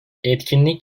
etkinlik